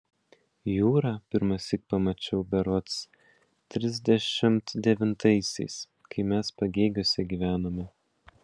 jūrą pirmąsyk pamačiau berods trisdešimt devintaisiais kai mes pagėgiuose gyvenome